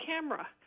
camera